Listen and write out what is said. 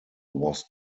was